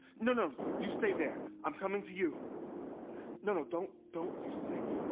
no, no, you stay there. i'm coming to you no, no, don't don't you say.